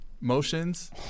motions